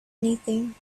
anything